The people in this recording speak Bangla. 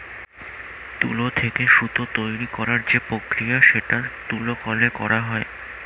তুলো থেকে সুতো তৈরী করার যে প্রক্রিয়া সেটা তুলো কলে করা হয়